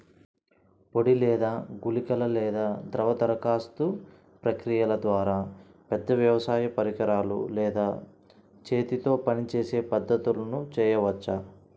పొడి లేదా గుళికల లేదా ద్రవ దరఖాస్తు ప్రక్రియల ద్వారా, పెద్ద వ్యవసాయ పరికరాలు లేదా చేతితో పనిచేసే పద్ధతులను చేయవచ్చా?